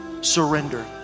surrender